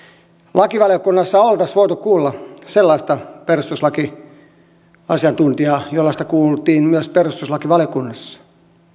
lakivaliokunnassa oltaisiin voitu kuulla sellaista perustuslakiasiantuntijaa jollaista kuultiin myös perustuslakivaliokunnassa